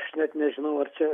aš net nežinau ar čia